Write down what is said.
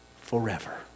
forever